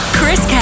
Chris